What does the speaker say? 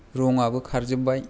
रङाबो खारजोब्बाय